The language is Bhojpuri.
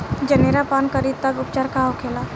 जनेरा पान करी तब उपचार का होखेला?